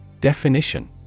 Definition